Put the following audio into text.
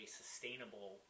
sustainable